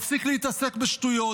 להפסיק להתעסק בשטויות.